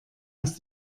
aus